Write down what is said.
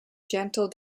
gentle